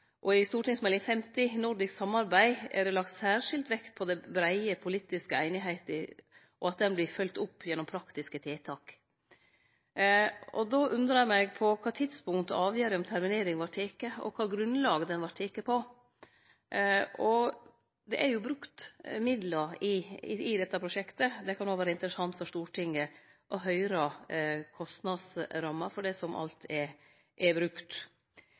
og i Meld. St. 50 for 2012–2013, Nordisk samarbeid, er det lagt særskilt vekt på at den breie politiske einigheita vert følgd opp gjennom praktiske tiltak. Då undrar eg: På kva tidspunkt vart avgjerda om terminering teken, og på kva grunnlag vart avgjerda teken? Det er jo brukt midlar i dette prosjektet. Det kan også vere interessant for Stortinget å høyre kostnadsramma for det som alt er brukt.